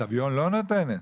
סביון לא נותנת?